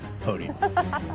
podium